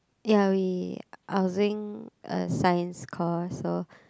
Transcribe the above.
ya we I was doing a science course so